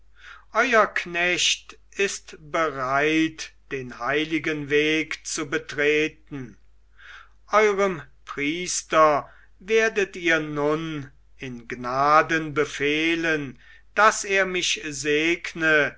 euer knecht ist bereit den heiligen weg zu betreten eurem priester werdet ihr nun in gnaden befehlen daß er mich segne